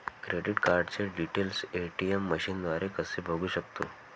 Credit कार्डचे details ATM मशीनद्वारे कसे बघू शकतो?